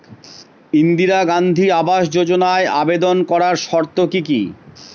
ইন্দিরা গান্ধী আবাস যোজনায় আবেদন করার শর্ত কি কি?